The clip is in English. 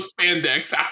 spandex